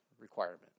requirement